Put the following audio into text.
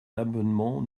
l’amendement